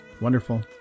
wonderful